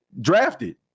drafted